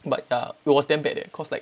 but ya it was damn bad eh cause like